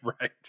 Right